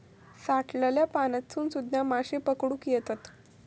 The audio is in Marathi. साठलल्या पाण्यातसून सुध्दा माशे पकडुक येतत